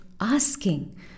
asking